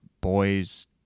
boys